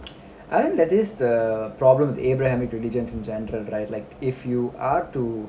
and that is the problem with abrahamic religions in general right like if you are to